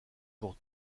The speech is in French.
pour